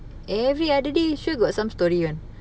every other day sure got some story [one]